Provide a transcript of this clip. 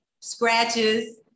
scratches